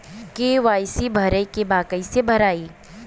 KYC भरे के बा कइसे भराई?